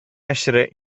essere